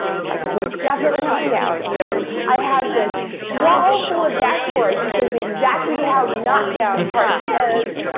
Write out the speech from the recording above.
parse is most definitely not down. you know i have this wall full of dashboards that shows me exactly how not down parse is,